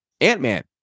Ant-Man